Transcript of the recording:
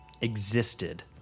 Existed